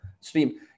stream